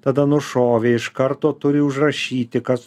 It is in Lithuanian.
tada nušovė iš karto turi užrašyti kas